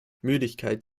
müdigkeit